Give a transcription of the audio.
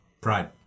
Pride